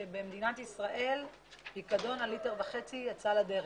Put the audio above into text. כך שבמדינת ישראל פיקדון על בקבוק ליטר וחצי יצא לדרך.